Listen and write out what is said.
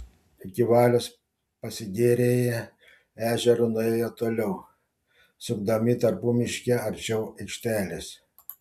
iki valios pasigėrėję ežeru nuėjo toliau sukdami tarpumiške arčiau aikštelės